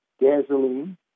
gasoline